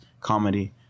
comedy